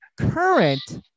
current